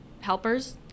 helpers